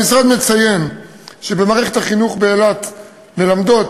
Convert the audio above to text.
המשרד מציין שבמערכת החינוך באילת מלמדות